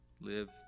Live